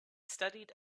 studied